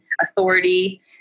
authority